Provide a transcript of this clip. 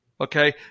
okay